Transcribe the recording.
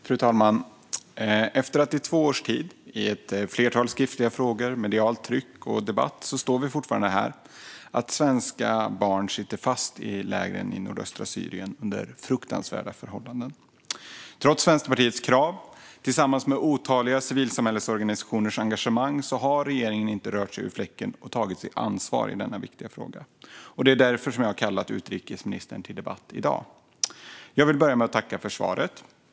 Fru talman! Efter två år, ett flertal skriftliga frågor, medialt tryck och debatt sitter svenska barn fortfarande fast i läger i nordöstra Syrien under fruktansvärda förhållanden. Trots Vänsterpartiets krav tillsammans med otaliga civilsamhällesorganisationers engagemang har regeringen inte rört sig ur fläcken för att ta sitt ansvar i denna viktiga fråga. Därför har jag kallat utrikesministern till debatt i dag. Jag vill börja med att tacka för svaret.